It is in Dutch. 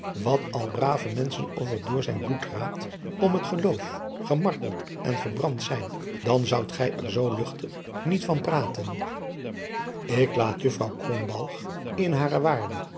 wat al brave menschen of er door zijn bloedraad om het geloof gemarteld en verbrand zijn dan zoudt gij er zoo luchtig niet van praten ik laat juffr krombalg in hare waarde